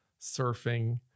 surfing